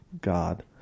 God